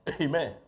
Amen